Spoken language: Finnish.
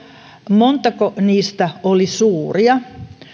montako niistä oli suuria